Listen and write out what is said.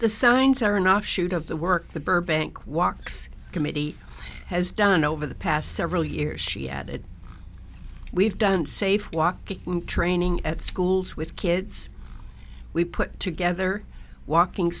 the signs are an offshoot of the work the burbank walks committee has done over the past several years she added we've done safe walking training at schools with kids we put together walking